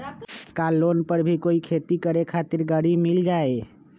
का लोन पर कोई भी खेती करें खातिर गरी मिल जाइ?